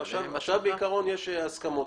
עכשיו בעיקרון יש הסכמות.